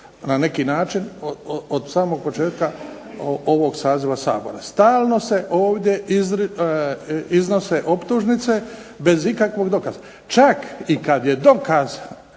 na neki način od samog početka ovog saziva Sabora. Stalno se ovdje iznose optužnice, bez ikakvog dokaza. Čak i kad je dokaz,